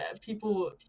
people